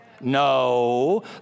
No